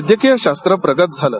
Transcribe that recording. वैद्यकीय शास्त्र प्रगत झालं